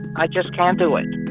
i just can't do it